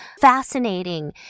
fascinating